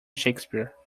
shakespeare